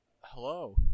hello